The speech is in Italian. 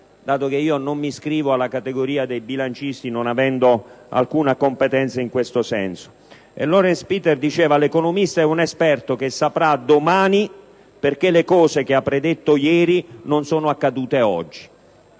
dato che io non mi iscrivo nella categoria dei bilancisti, non avendo alcuna competenza in tal senso. Laurence Peter diceva: «L'economista è un esperto che saprà domani perché le cose che ha predetto ieri non sono accadute oggi».